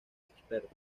expertos